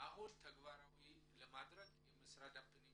מכון לטיפול